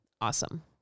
awesome